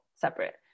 separate